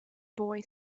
boy